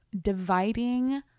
dividing